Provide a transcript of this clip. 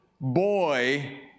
boy